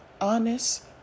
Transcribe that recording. honest